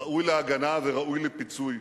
ראוי להגנה וראוי לפיצוי.